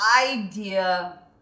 idea